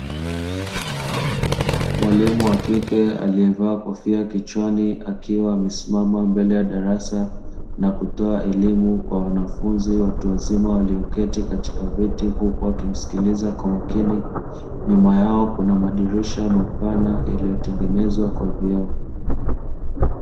Mwalimu wa kike aliyevaa kofia kichwani, akiwa amesimama mbele ya darasa na kutoa elimu kwa wanafunzi watu wazima, walioketi katika viti huku wakimsikiliza kwa makini; nyuma yao kuna madirisha mapana iliyotengenezwa kwa vioo.